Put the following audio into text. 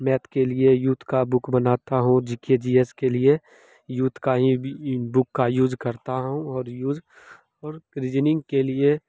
math के लिए youth की बुक बनाता हूँ जी के जी एस के लिए यूथ का ही भी बुक का यूज़ करता हूँ और यूज़ और रीजनिंग के लिए